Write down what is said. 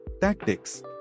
Tactics